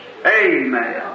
Amen